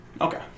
Okay